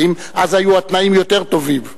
האם אז היו התנאים יותר טובים?